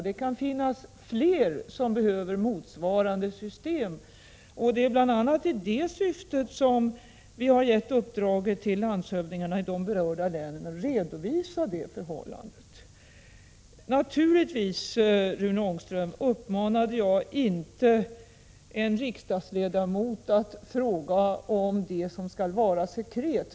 Det kan finnas fler som behöver hjälp med motsvarande system, och det är bl.a. i det syftet som vi har gett landshövdingarna i de berörda länen i uppdrag att redovisa hur det förhåller sig. Naturligtvis, Rune Ångström, uppmanade jag inte en riksdagsledamot att fråga om det som skall vara sekret.